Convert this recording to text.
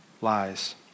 lies